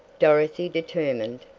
dorothy determined,